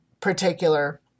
particular